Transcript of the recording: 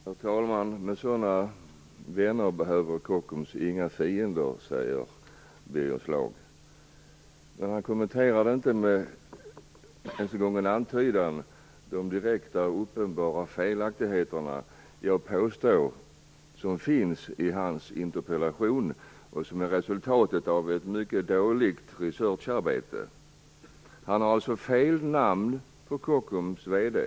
Herr talman! Med sådana vänner behöver Kockums inga fiender, säger Birger Schlaug. Men han kommenterade inte ens med en antydan de uppenbara direkta felaktigheter som jag påstår finns i hans interpellation och som är resultatet av ett mycket dåligt research-arbete. Han har fel namn på Kockums VD.